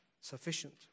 sufficient